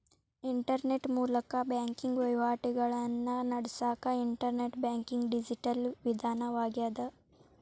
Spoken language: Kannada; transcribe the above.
ಇಂಟರ್ನೆಟ್ ಮೂಲಕ ಬ್ಯಾಂಕಿಂಗ್ ವಹಿವಾಟಿಗಳನ್ನ ನಡಸಕ ಇಂಟರ್ನೆಟ್ ಬ್ಯಾಂಕಿಂಗ್ ಡಿಜಿಟಲ್ ವಿಧಾನವಾಗ್ಯದ